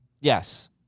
Yes